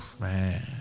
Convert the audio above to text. Man